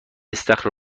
استخر